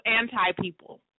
anti-people